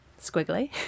squiggly